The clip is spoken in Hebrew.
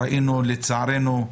לצערנו,